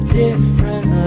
different